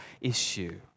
issue